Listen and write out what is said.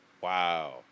Wow